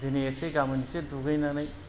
दिनै एसे गामोन एसे दुगैनानै